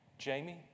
Jamie